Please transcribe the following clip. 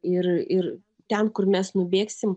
ir ir ten kur mes nubėgsim